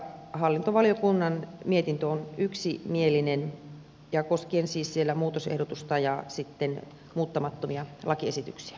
hallintovaliokunnan mietintö on yksimielinen ja koskee siis muutosehdotusta ja muuttamattomia lakiesityksiä